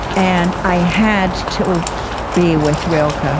and i had to be with rilke. ah